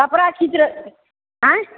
कपड़ा खींचै छी आइ